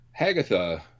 hagatha